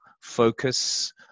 focus